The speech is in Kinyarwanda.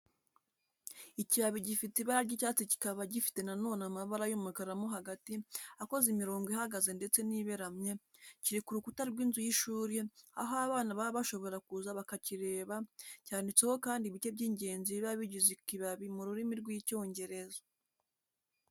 Ikibabi gifite ibara ry'icyatsi kikaba gifite na none amabara y'umukara mo hagati akoze imirongo ihagaze ndetse n'iberamye, kiri ku rukuta rw'inzu y'ishuri aho abana baba bashobora kuza bakakireba, cyanditseho kandi ibice by'ingenzi biba bigize ikibabi mu rurimi rw'Icyongereza.